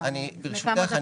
ברשותך,